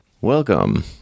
Welcome